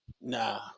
Nah